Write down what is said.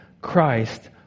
Christ